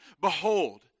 behold